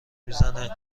میزنه